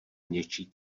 něčí